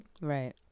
Right